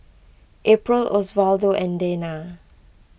April Osvaldo and Dana